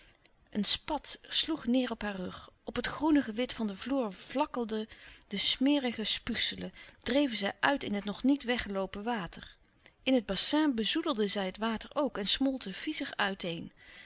eén spat sloeg neêr op haar rug op het groenige wit van den vloer vlakkelden de smerige spuugselen dreven zij uit in het nog niet weggeloopen water in het bassin bezoedelden zij het water ook en smolten viezig uit-een